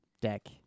Deck